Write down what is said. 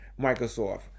Microsoft